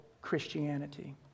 Christianity